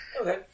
Okay